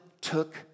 took